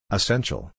Essential